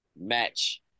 match